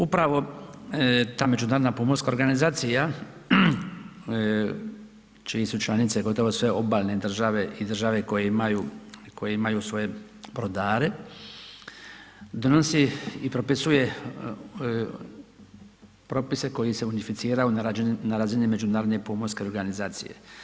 Upravo ta Međunarodna pomorska organizacija čije su članice gotovo sve obalne države i dražve koje imaju svoje brodare, donosi i propisuje propise koji se unificiraju na razini Međunarodne pomorske organizacije.